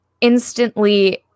instantly